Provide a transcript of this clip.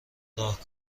راه